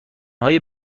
های